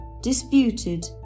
disputed